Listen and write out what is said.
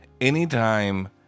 Anytime